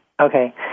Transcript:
Okay